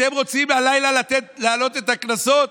אתם רוצים הלילה להעלות את הקנסות?